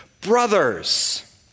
Brothers